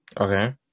Okay